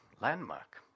landmark